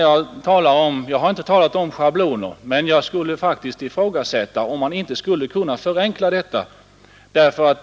Jag har inte talat om schabloner, men jag skulle faktiskt vilja ifrågasätta om man inte skulle kunna förenkla förfarandet.